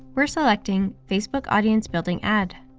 we're selecting facebook audience building ad.